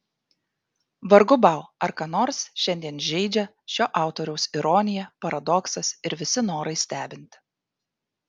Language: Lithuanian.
vargu bau ar ką nors šiandien žeidžia šio autoriaus ironija paradoksas ir visi norai stebinti